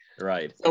Right